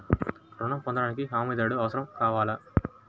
ఋణం పొందటానికి హమీదారుడు అవసరం కావాలా?